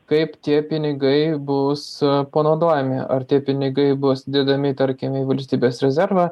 kaip tie pinigai bus panaudojami ar tie pinigai bus dedami tarkim į valstybės rezervą